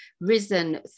risen